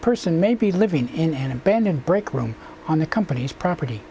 person may be living in an abandoned break room on the company's property